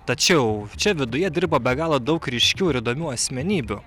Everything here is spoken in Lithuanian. tačiau čia viduje dirba be galo daug ryškių ir įdomių asmenybių